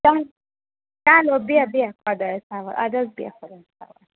چَل چلو بیٚہہ بیٚہہ خۄدایَس حوالہٕ اَدٕ حظ بیٚہہ خۄدایَس حوالہٕ